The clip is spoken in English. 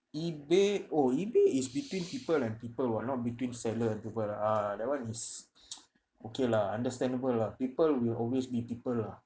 ebay oh ebay is between people and people [what] not between seller and people ah that one is okay lah understandable lah people will always be people lah